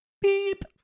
Beep